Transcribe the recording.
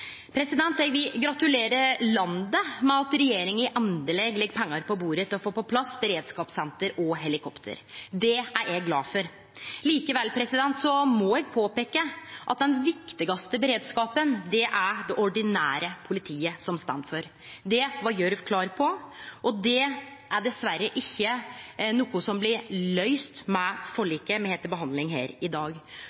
Eg vil gratulere landet med at regjeringa endeleg legg pengar på bordet til å få på plass beredskapssenter og helikopter. Det er eg glad for. Likevel må eg påpeike at det er det ordinære politiet som står for den viktigaste beredskapen. Det var Gjørv-kommisjonen klar på, og det er dessverre ikkje noko som blir løyst med